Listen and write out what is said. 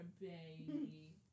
baby